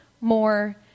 more